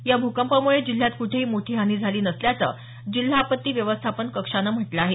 या भूकंपामुळे जिल्ह्यात कुठेही मोठी हानी झाली नसल्याचं जिल्हा आपत्ती व्यवस्थापन कक्षानं म्हटलं आहे